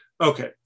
Okay